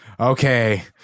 Okay